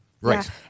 Right